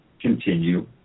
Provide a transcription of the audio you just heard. continue